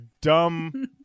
dumb